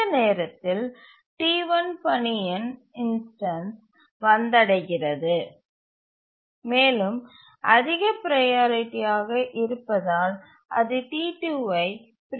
இந்த நேரத்தில் T1 பனியின் இன்ஸ்டன்ஸ் வந்தடைகிறது மேலும் அதிக ப்ரையாரிட்டியாக இருப்பதால் அது T2 ஐ பிரீஎம்ட் செய்கிறது